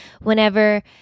whenever